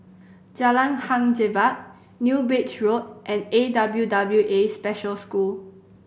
Jalan Hang Jebat New Bridge Road and A W W A Special School